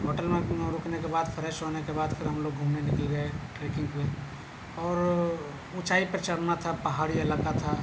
hotel میں رکنے کے بعد فریش ہونے کے بعد پھر ہم لوگ گھومنے نکل گئے ٹریکنگ پہ اور اونچائی پر چڑھنا تھا پہاڑی علاقہ تھا